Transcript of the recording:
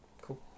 Cool